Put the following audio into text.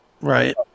Right